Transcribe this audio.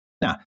Now